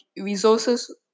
resources